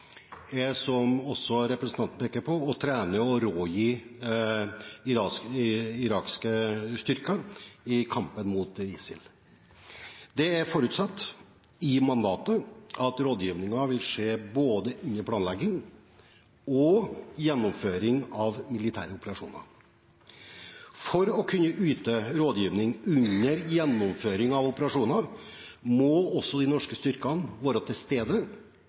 er, som også representanten peker på, å trene og rådgi irakiske styrker i kampen mot ISIL. Det er forutsatt i mandatet at rådgivningen vil skje under både planlegging og gjennomføring av militære operasjoner. For å kunne yte rådgivning under gjennomføring av operasjoner må også de norske styrkene være til stede